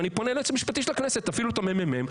ואני קורא לייעוץ המשפטי של הכנסת שתפעילו את הממ"מ,